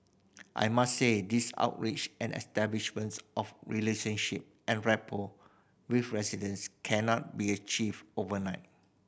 I must say these outreach and establishment of relationship and rapport with residents cannot be achieved overnight